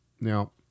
Now